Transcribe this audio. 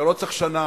אתה לא צריך שנה.